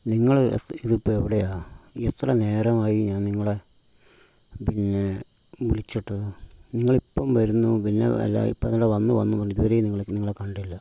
നിങ്ങള് ഇതിപ്പം എവിടെയാണ് എത്ര നേരമായി ഞാൻ നിങ്ങളെ പിന്നെ വിളിച്ചിട്ട് നിങ്ങളിപ്പം വരുന്നു പിന്നെ വരാം ഇപ്പം തന്നെ വന്ന് വന്ന് ഇതുവരെ നിങ്ങളെ നിങ്ങളെ കണ്ടില്ല